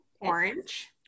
orange